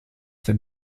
that